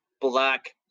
black